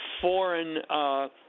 foreign